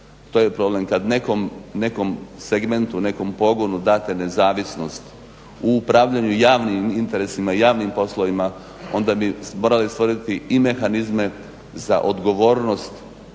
to je problem kada nekom segmentu, nekom pogonu date nezavisnost u upravljanju javnim interesima javnim poslovima onda bi morali stvoriti i mehanizme za odgovornost